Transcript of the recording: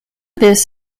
this